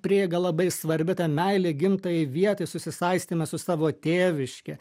prieiga labai svarbi ta meilė gimtajai vietai susisaistymas su savo tėviške